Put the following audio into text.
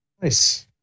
Nice